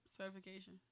certification